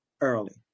early